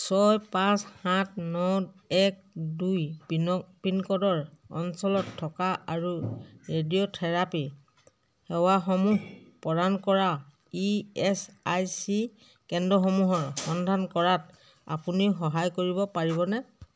ছয় পাঁচ সাত ন এক দুই পিন পিন ক'ডৰ অঞ্চলত থকা আৰু ৰেডিঅ'থেৰাপী সেৱাসমূহ প্ৰদান কৰা ই এছ আই চি কেন্দ্ৰসমূহৰ সন্ধান কৰাত আপুনি সহায় কৰিব পাৰিবনে